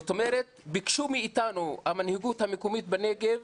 ביקשו מאיתנו, המנהיגות המקומית בנגב